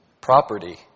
property